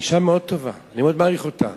היא אשה מאוד טובה, אני מאוד מעריך אותה,